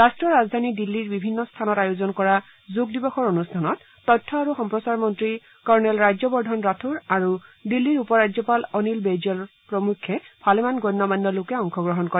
ৰাষ্ট্ৰীয় ৰাজধানী দিল্লীৰ বিভিন্ন স্থানত আয়োজন কৰা যোগ দিৱসৰ অনুষ্ঠানত তথ্য আৰু সম্প্ৰচাৰ মন্ত্ৰী কৰ্ণেল ৰাজ্যবৰ্ধন ৰাথোৰ আৰু দিল্লীৰ উপ ৰাজ্যপাল অনিল বেইজল প্ৰমুখ্যে ভালেমান গণ্য মান্য লোকে অংশগ্ৰহণ কৰে